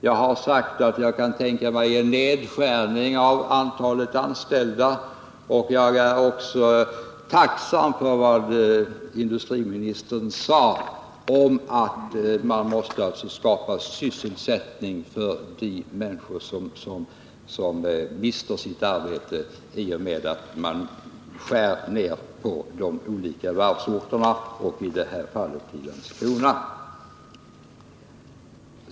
Jag har sagt att jag kan tänka mig en nedskärning av antalet anställda och är tacksam för vad industriministern sade om att man måste skapa sysselsättning för de människor som förlorar sitt arbete i och med att man skär ner vid varven, i det här fallet i Landskrona.